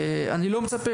אני לא מצפה,